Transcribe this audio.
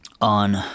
on